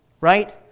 right